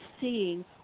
seeing